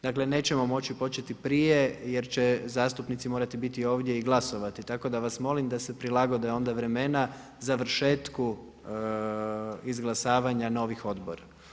Dakle nećemo moći početi prije, jer će zastupnici morati biti ovdje i glasovati, tako da vas molim da se prilagode onda vremena završetku izglasavanja novih odbora.